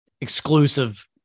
exclusive